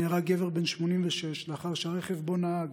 נהרג גבר בן 86 לאחר שהרכב שבו נהג